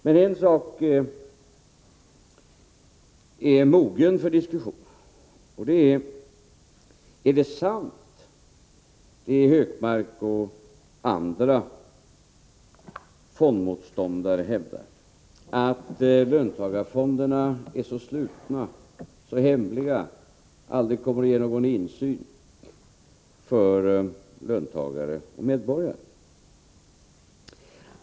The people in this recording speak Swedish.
Men en sak är mogen för diskussion: Är det sant som Gunnar Hökmark och andra fondmotståndare hävdar, att löntagarfonderna är så slutna och så hemliga att det aldrig kommer att ges någon möjlighet till insyn för löntagare och medborgare?